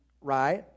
Right